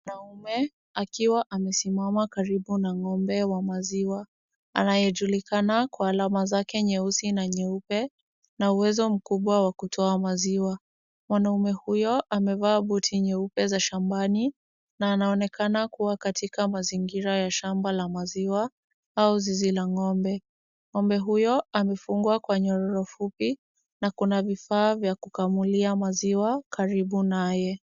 Mwanaume akiwa amesimama karibu na ng'ombe wa maziwa anayejulikana kwa alama zake nyeusi na nyeupe na uwezo mkubwa wa kutoa maziwa. Mwanaume huyo amevaa buti nyeupe za shambani na anaonekana kuwa katika mazingira ya shamba la maziwa au zizi la ng'ombe. Ng'ombe huyo amefungwa kwa nyororo fupi na kuna vifaa vya kukamulia maziwa karibu naye.